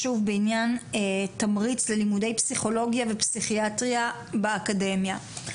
בנושא תמריץ ללימודי פסיכולוגיה ופסיכיאטריה באקדמיה.